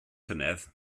llynedd